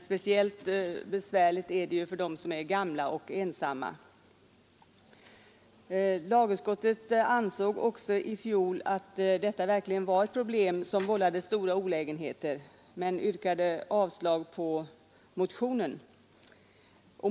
Speciellt besvärligt är det för dem som är gamla och ensamma. Lagutskottet ansåg i fjol också att detta verkligen var ett problem som vållade stora olägenheter men yrkade ändå avslag på motionen.